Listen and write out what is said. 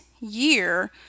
year